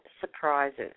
surprises